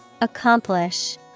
Accomplish